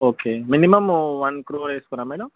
okay minimum one crore వేస్తారా madam